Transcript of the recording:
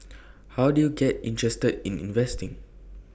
how did you get interested in investing